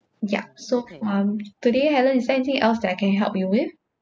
ya so um today helen is there anything else that I can help you with